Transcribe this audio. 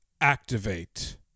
activate